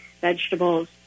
vegetables